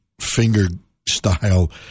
finger-style